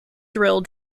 drill